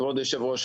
כבוד היושב-ראש,